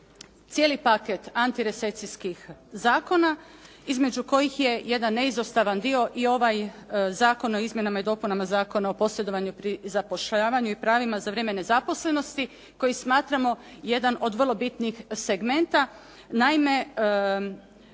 cijeli paket antirecesijskih zakona između kojih je jedan neizostavan dio i ovaj Zakon o izmjenama i dopunama Zakona u posredovanju pri zapošljavanju i pravima za vrijeme nezaposlenosti koje smatramo jedan od vrlo bitnih segmenta. Naime,